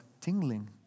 tingling